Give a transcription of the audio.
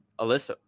Alyssa